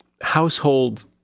household